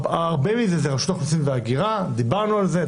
הרבה מזה זו רשות האוכלוסין וההגירה דיברנו על זה,